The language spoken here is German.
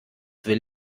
will